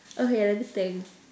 okay let me think